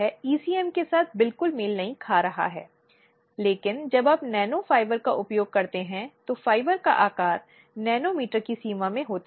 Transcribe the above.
एक अनौपचारिक निवारण का पालन नहीं किया गया है इसलिए आरोप का औपचारिक निवारण होना चाहिए